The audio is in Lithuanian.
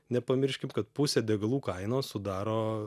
nepamirškim kad pusę degalų kainos sudaro